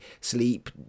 sleep